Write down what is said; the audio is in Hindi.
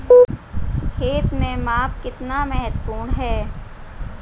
खेत में माप कितना महत्वपूर्ण है?